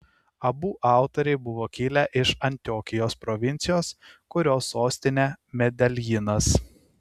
abu autoriai buvo kilę iš antiokijos provincijos kurios sostinė medeljinas